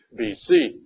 BC